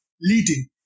leading